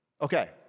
Okay